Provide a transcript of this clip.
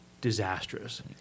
disastrous